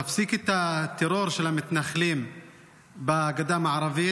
להפסיק את הטרור של המתנחלים בגדה המערבית.